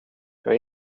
jag